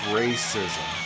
racism